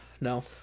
No